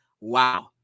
wow